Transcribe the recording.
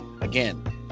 Again